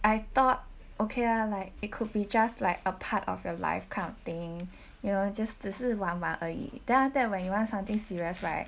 I thought okay ah like it could be just like a part of your life kind of thing you know just 只是玩玩而已 then after that when you want something serious right